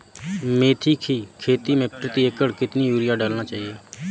मेथी के खेती में प्रति एकड़ कितनी यूरिया डालना चाहिए?